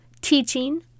teaching